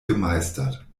gemeistert